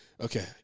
Okay